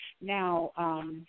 now